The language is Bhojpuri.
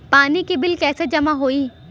पानी के बिल कैसे जमा होयी?